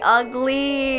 ugly